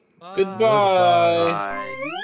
goodbye